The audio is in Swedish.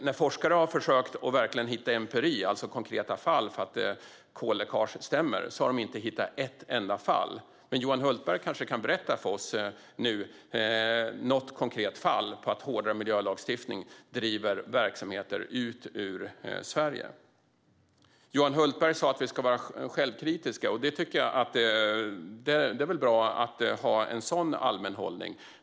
När forskare har försökt att hitta empiri, alltså konkreta fall, för att kolläckage stämmer har de inte hittat ett enda fall. Men Johan Hultberg kanske kan berätta för oss om något konkret fall som visar att hårdare miljölagstiftning driver verksamheter ut ur Sverige. Johan Hultberg sa att vi ska vara självkritiska. Det är väl bra att ha en sådan allmän hållning.